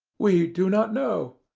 we do not know.